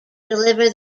deliver